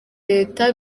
leta